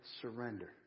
surrender